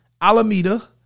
Alameda